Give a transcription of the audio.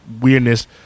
weirdness